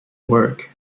work